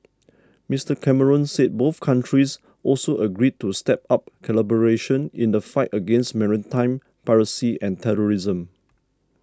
Mister Cameron said both countries also agreed to step up collaboration in the fight against maritime piracy and terrorism